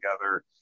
together